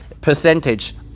percentage